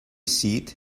seat